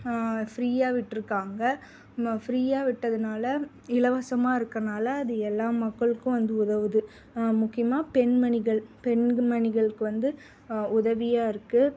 ஃப்ரீயாக விட்டிருக்காங்க ம ஃப்ரீயாக விட்டதுனால் இலவசமாக இருக்கிறனால அது எல்லா மக்களுக்கும் வந்து உதவுது முக்கியமாக பெண்மணிகள் பெண்மணிகளுக்கு வந்து உதவியாக இருக்குது